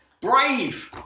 Brave